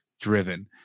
driven